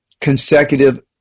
consecutive